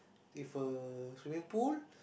with a swimming pool